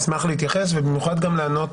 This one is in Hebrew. אני אשמח להתייחס ובמיוחד גם לענות